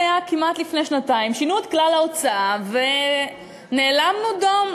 זה היה כמעט לפני שנתיים: שינו את כלל ההוצאה ונאלמנו דום,